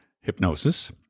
hypnosis